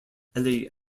eli